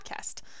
podcast